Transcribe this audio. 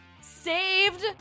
saved